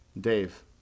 Dave